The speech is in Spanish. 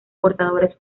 portadores